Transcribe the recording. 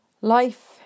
life